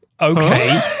Okay